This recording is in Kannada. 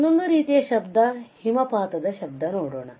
ಇನ್ನೊಂದು ರೀತಿಯ ಶಬ್ದ ಹಿಮಪಾತದ ಶಬ್ದ ನೋಡೋಣ